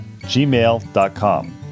gmail.com